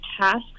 tasks